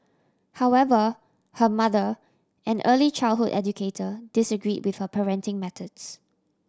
however her mother an early childhood educator disagreed with her parenting methods